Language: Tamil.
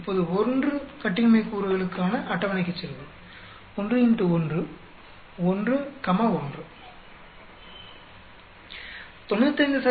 இப்போது 1 கட்டின்மை கூறுகளுக்கான அட்டவணைக்கு செல்வோம் 1 X 1 1 கமா 1